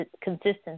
consistency